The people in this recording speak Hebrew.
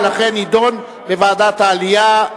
לכן זה יידון בוועדת העלייה.